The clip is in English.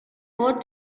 what